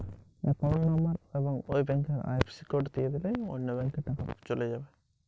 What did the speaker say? আমি অন্য ব্যাংকে কিভাবে টাকা পাঠাব?